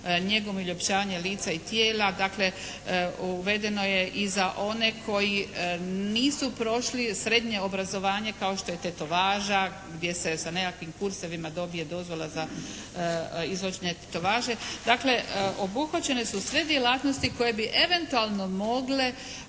njegom i uljepšavanjem lica i tijela. Dakle uvedeno je i za one koji nisu prošli srednje obrazovanje kao što je tetovaža gdje se sa nekakvim kursevima dobije dozvola za izvođenje tetovaže. Dakle obuhvaćene su sve djelatnosti koje bi eventualno mogle